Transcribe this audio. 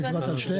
הצבעת על שתיהן?